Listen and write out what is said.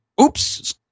oops